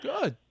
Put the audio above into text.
Good